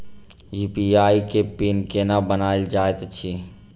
UPI केँ PIN केना बनायल जाइत अछि